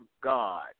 God